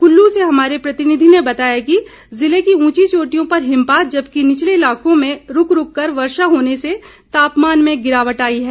कुल्लू से हमारे प्रतिनिधि ने बताया कि जिले की ऊंची चोटियों पर हिमपात जबकि निचले इलाकों में रूक रूक कर वर्षा होने से तापमान में गिरावट आई है